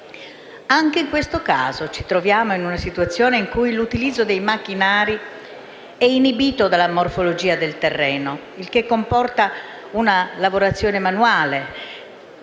Anche in questo caso ci troviamo in una situazione in cui l'utilizzo dei macchinari è inibito dalla morfologia del terreno, il che comporta una lavorazione manuale.